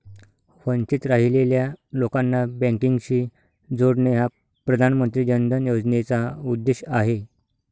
वंचित राहिलेल्या लोकांना बँकिंगशी जोडणे हा प्रधानमंत्री जन धन योजनेचा उद्देश आहे